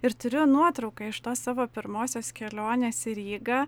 ir turiu nuotrauką iš tos savo pirmosios kelionės į rygą